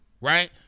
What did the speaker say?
Right